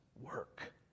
work